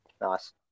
Nice